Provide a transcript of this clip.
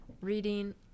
reading